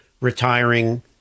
retiring